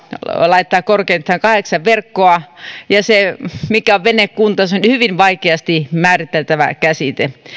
laittaa korkeintaan kahdeksan verkkoa ja mikä on venekunta se on hyvin vaikeasti määriteltävä käsite